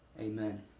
Amen